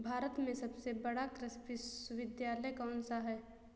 भारत में सबसे बड़ा कृषि विश्वविद्यालय कौनसा है?